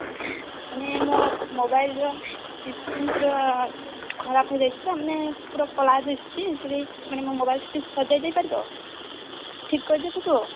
ମାନେ ମୋ ମୋବାଇଲର ସ୍କ୍ରୀନ୍ ପୁରା ଖରାପ ହେଇ ଯାଇଛି ତ ମାନେ ପୁରା କଳା ଦିଶୁଛି ସେପାଇଁ ମାନେ ମୋ ମୋବାଇଲଟା ସଜାଡ଼ି ଦେଇ ପାରିବ ଠିକ୍ କରିଦେଇ ପାରିବ